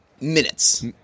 minutes